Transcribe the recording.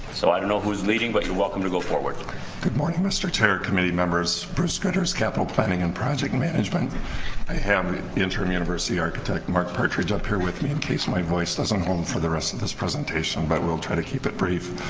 so i don't know who's leading but you're welcome to go forward good morning mr. chair committee members bruce winters capital planning and project management i have the intern university architect mark partridge up here with me in case my voice doesn't home for the rest of this presentation but we'll try to keep it brief